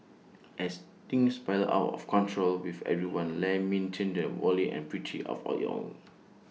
as things spiral out of control with everyone lamenting the folly and pity of all IT own